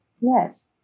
Yes